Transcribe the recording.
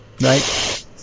right